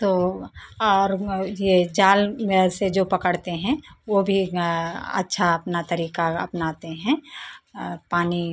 तो और ये जाल से जो पकड़ते हैं वो भी अच्छा अपना तरीका अपनाते हैं पानी